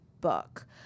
book